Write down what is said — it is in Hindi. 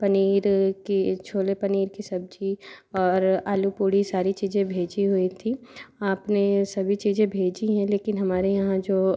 पनीर की छोले पनीर की सब्जी और आलू पूड़ी सारी चीज़ें भेजी हुई थी आपने ये सभी चीज़ें भेजी हैं लेकिन हमारे यहाँ जो